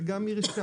זה גם מרשם.